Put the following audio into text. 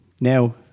now